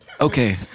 Okay